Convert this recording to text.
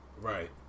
Right